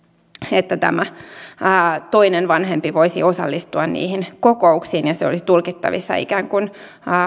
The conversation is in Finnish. että toinen vanhempi voisi osallistua niihin kokouksiin ja se olisi tulkittavissa ikään kuin